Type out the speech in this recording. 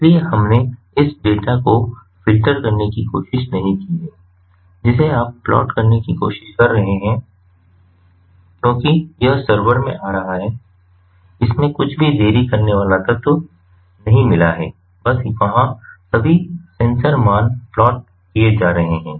इसलिए हमने इस डेटा को फ़िल्टर करने की कोशिश नहीं की है जिसे आप प्लॉट करने की कोशिश कर रहे हैं क्योंकि यह सर्वर में आ रहा है इसमें कुछ भी देरी करने वाला तत्व नहीं मिला है बस वहाँ सभी सेंसर मान प्लॉट किए जा रहे हैं